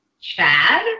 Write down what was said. Chad